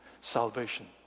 salvation